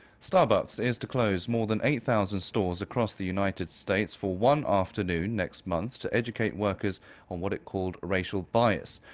starbucks is to close more than eight-thousand stores across the united states for one afternoon next month to educate workers on what it called racial bias.